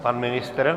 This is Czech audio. Pan ministr?